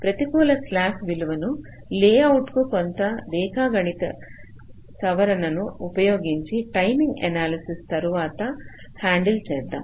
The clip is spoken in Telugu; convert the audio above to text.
ప్రతికూల స్లాక్ విలువను లేఅవుట్ కు కొంత రేఖాగణిత సవరణను ఉపయోగించి టైమింగ్ ఎనాలసిస్ తరువాత హ్యాండిల్ చేద్దాం